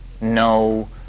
no